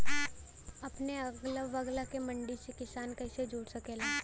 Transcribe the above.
अपने अगला बगल के मंडी से किसान कइसे जुड़ सकेला?